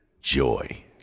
joy